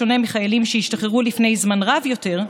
בשונה מחיילים שהשתחררו לפני זמן רב יותר,